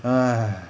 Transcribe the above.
ha